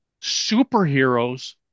superheroes